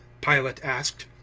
pilate asked.